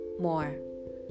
more